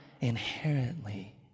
inherently